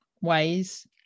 ways